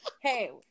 hey